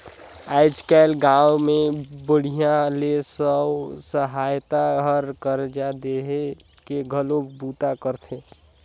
आयज कायल गांव मे बड़िहा ले स्व सहायता हर करजा देहे के घलो बूता करथे